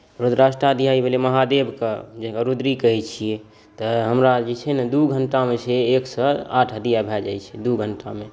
रुद्राष्टक अध्याय भेलै महादेवके जकरा रुद्री कहैत छियै तऽ हमरा जे छै ने से दू घण्टामे से एकसँ आठ अध्याय भए जाइत छै दू घण्टामे